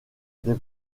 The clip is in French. des